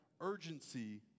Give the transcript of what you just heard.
urgency